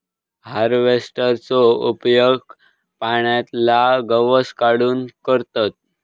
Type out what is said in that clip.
हार्वेस्टरचो उपयोग पाण्यातला गवत काढूक करतत